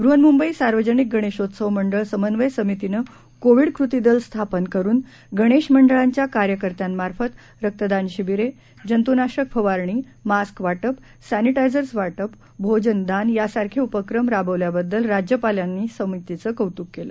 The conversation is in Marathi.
बृहन्मुंबई सार्वजनिक गणेशोत्सव मंडळ समन्वय समितीने कोविड कृती दल स्थापन करून गणेश मंडळांच्या कार्यकर्त्यांमार्फत रक्तदान शिबिरे जंतूनाशक फवारणी मास्क वाटप स्यानिटायझर्स वाटप भोजनदान यांसारखे उपक्रम राबवल्याबद्दल राज्यपालांनी समितीचं कौतूक केलं